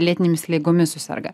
lėtinėmis ligomis suserga